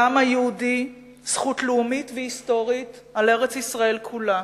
לעם היהודי זכות לאומית והיסטורית על ארץ-ישראל כולה,